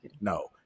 no